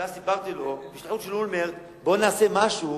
ואז סיפרתי לו בשליחות של אולמרט: בוא נעשה משהו,